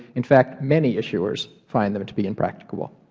in fact many issuers find them to be impracticable.